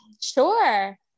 sure